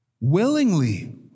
willingly